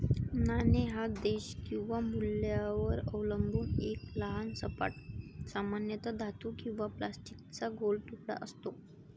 नाणे हा देश किंवा मूल्यावर अवलंबून एक लहान सपाट, सामान्यतः धातू किंवा प्लास्टिकचा गोल तुकडा असतो